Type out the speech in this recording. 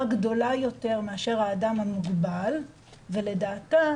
גדולה יותר מאשר האדם המוגבל ולדעתה,